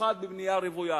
במיוחד בבנייה רוויה.